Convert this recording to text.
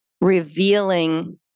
revealing